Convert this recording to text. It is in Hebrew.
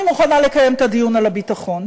אני מוכנה לקיים את הדיון על הביטחון.